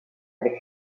avec